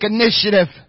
initiative